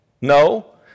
No